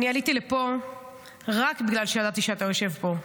עליתי לפה רק בגלל שידעתי שאתה יושב פה,